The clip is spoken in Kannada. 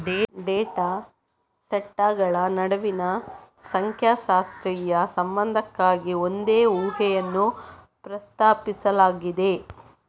ಡೇಟಾ ಸೆಟ್ಗಳ ನಡುವಿನ ಸಂಖ್ಯಾಶಾಸ್ತ್ರೀಯ ಸಂಬಂಧಕ್ಕಾಗಿ ಒಂದು ಊಹೆಯನ್ನು ಪ್ರಸ್ತಾಪಿಸಲಾಗಿದೆ